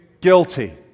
Guilty